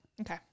Okay